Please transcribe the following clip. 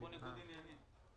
אנחנו ניסינו מאוד לסייע בעניין הזה.